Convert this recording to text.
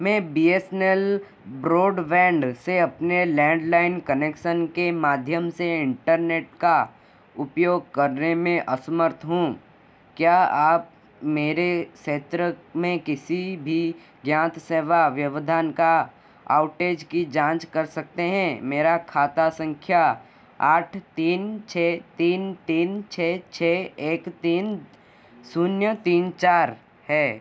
मैं B S N L broadband से अपने लैंडलाइन कनेक्सन के माध्यम से इंटरनेट का उपयोग करने में असमर्थ हूँ क्या आप मेरे क्षेत्र में किसी भी ज्ञात सेवा व्यवधान या आउटेज की जाँच कर सकते हैं मेरा खाता संख्या आठ तीन छः तीन तीन छः छः एक तीन शून्य तीन चार है